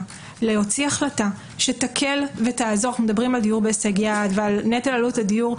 להוציא החלטה שתקל על דיור בהישג יד ותקל את עלות הדיור.